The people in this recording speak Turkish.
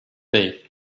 değil